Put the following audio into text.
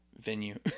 venue